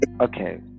okay